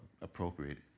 appropriate